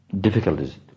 Difficulties